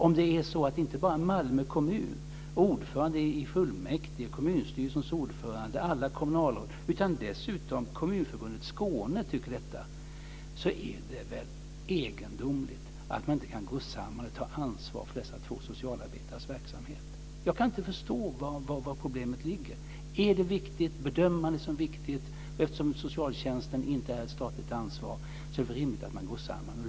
Om inte bara Malmö kommun, ordföranden i fullmäktige, kommunstyrelsens ordförande, alla kommunalråd utan dessutom Kommunförbundet i Skåne tycker det, är det väl egendomligt att man inte kan gå samman och ta ansvar för de två socialarbetarnas verksamhet. Jag kan inte förstå var problemet ligger. Om man bedömer det som viktigt är det rimligt att man går samman och löser problemet. Socialtjänsten är inte ett statligt ansvar.